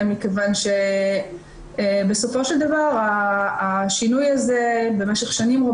מכיוון שבסופו של דבר השינוי הזה מגיע מהמשקיעים.